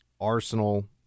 arsenal